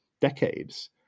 decades